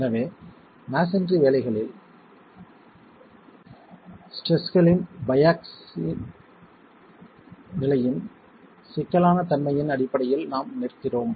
எனவே மஸோன்றி வேலைகளில் ஸ்ட்ரெஸ்களின் பைஆக்ஸில் நிலையின் சிக்கலான தன்மையின் அடிப்படையில் நாம் நிற்கிறோம்